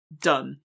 done